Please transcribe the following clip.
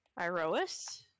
Irois